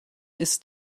ist